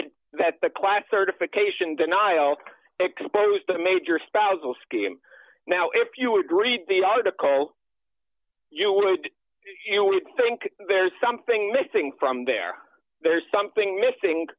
it that the class certification denial exposed a major spousal scam now if you would read the article you would think there's something missing from there there's something missing